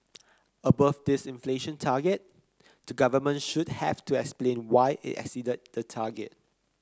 above this inflation target the government should have to explain why it exceeded the target